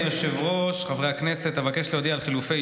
יושב-ראש הקואליציה לא טעה.